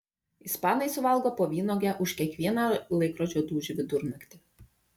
ispanai suvalgo po vynuogę už kiekvieną laikrodžio dūžį vidurnaktį